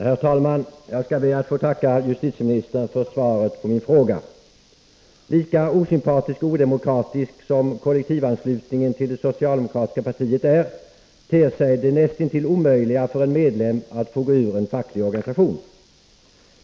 Herr talman! Jag skall be att få tacka justitieministern för svaret på min fråga. Lika osympatisk och odemokratisk som kollektivanslutningen till det socialdemokratiska partiet är, lika näst intill omöjligt ter det sig för en medlem att få gå ur en facklig organisation.